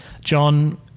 John